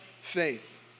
faith